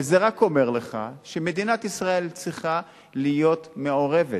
וזה רק אומר לך שמדינת ישראל צריכה להיות מעורבת.